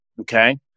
okay